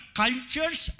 cultures